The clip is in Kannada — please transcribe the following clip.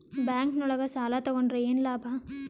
ಬ್ಯಾಂಕ್ ನೊಳಗ ಸಾಲ ತಗೊಂಡ್ರ ಏನು ಲಾಭ?